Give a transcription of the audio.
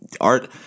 Art